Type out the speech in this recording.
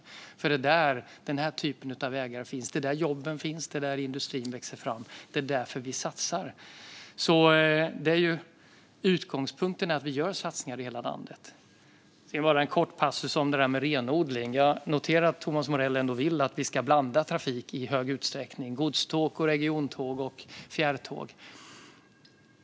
Det är nämligen där den här typen av vägar finns. Det är där jobben finns och där industrin växer fram. Det är därför vi satsar. Utgångspunkten är alltså att vi gör satsningar i hela landet. Sedan har jag bara en kort passus om det där med renodling. Jag noterar att Thomas Morell vill att vi ska blanda trafik i stor utsträckning - godståg, regiontåg och fjärrtåg.